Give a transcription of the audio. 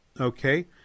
Okay